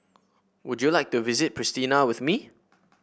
would you like to visit Pristina with me